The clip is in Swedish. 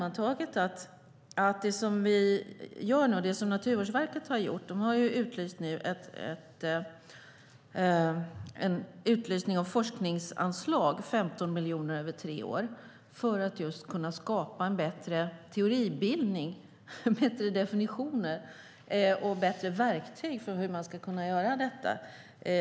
Naturvårdsverket har utlyst forskningsanslag, 15 miljoner över tre år, för att kunna skapa en bättre teoribildning, bättre definitioner och bättre verktyg för detta.